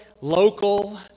local